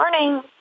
Morning